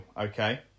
okay